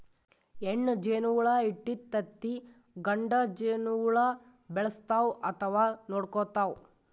ಹೆಣ್ಣ್ ಜೇನಹುಳ ಇಟ್ಟಿದ್ದ್ ತತ್ತಿ ಗಂಡ ಜೇನಹುಳ ಬೆಳೆಸ್ತಾವ್ ಅಥವಾ ನೋಡ್ಕೊತಾವ್